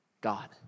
God